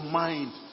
mind